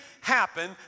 happen